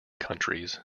countries